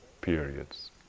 periods